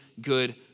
good